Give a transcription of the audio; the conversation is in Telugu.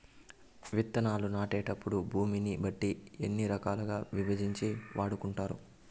విత్తనాలు నాటేటప్పుడు భూమిని బట్టి ఎన్ని రకాలుగా విభజించి వాడుకుంటారు?